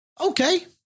Okay